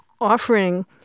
offering